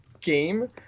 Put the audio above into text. game